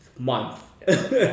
month